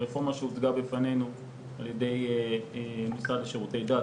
הרפורמה שהוצגה בפנינו על ידי המשרד לשירותי דת,